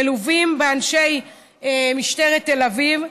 מלווים באנשי משטרת תל אביב,